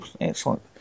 excellent